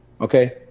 okay